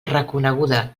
reconeguda